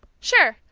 sure,